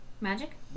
Magic